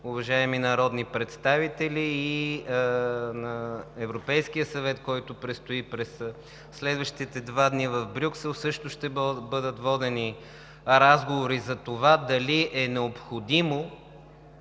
уважаеми народни представители. На Европейския съвет, който предстои през следващите два дни в Брюксел, също ще бъдат водени разговори за това дали е необходимо